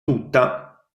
tutta